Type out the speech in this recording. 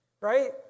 right